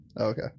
okay